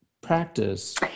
practice